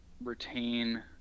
retain